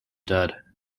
dead